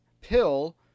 pill